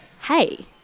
hey